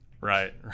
Right